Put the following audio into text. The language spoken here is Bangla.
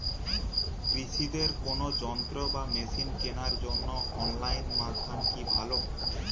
কৃষিদের কোন যন্ত্র বা মেশিন কেনার জন্য অনলাইন মাধ্যম কি ভালো?